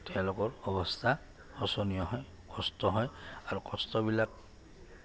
তেওঁলোকৰ অৱস্থা শোচনীয় হয় কষ্ট হয় আৰু কষ্টবিলাক